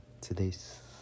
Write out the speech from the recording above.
today's